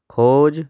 ਖੋਜ